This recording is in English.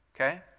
okay